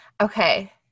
okay